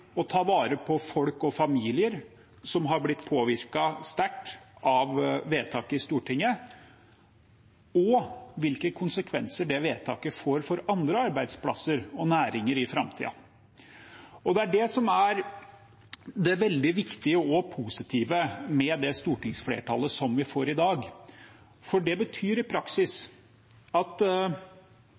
å ta vare på folk og familier som har blitt påvirket sterkt av vedtaket i Stortinget, og for hvilke konsekvenser det vedtaket får for andre arbeidsplasser og næringer i framtiden. Det er det som er det veldig viktige og positive med det stortingsflertallet vi får i dag, for det betyr i praksis at